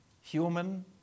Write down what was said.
Human